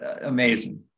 amazing